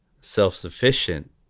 self-sufficient